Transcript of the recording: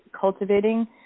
cultivating